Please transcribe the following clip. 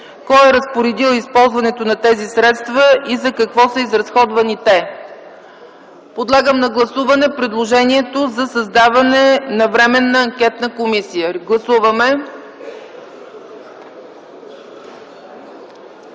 кой е разпоредил използването на тези средства и за какво са изразходвани те. Подлагам на гласуване предложението за създаване на временна анкетна комисия. Гласували